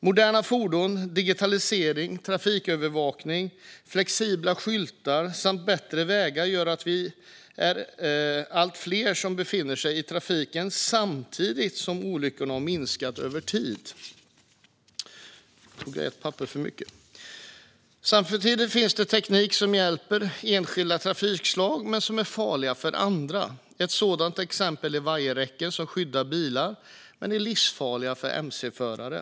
Moderna fordon, digitaliserad trafikövervakning, flexibla skyltar samt bättre vägar gör att allt fler befinner sig i trafiken samtidigt som antalet olyckor har minskat över tid. Det finns dock teknik som hjälper enskilda trafikslag men är farlig för andra. Ett exempel är vajerräcken, som skyddar bilar men är livsfarliga för mc-förare.